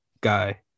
guy